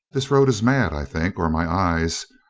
this road is mad, i think, or my eyes.